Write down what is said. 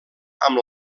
amb